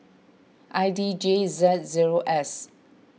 I D J Z zero S